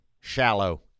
shallow